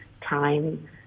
time